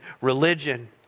religion